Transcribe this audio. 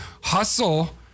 hustle